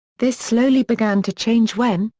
this slowly began to change when,